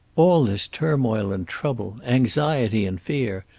all this turmoil and trouble, anxiety and fear,